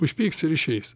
užpyks ir išeis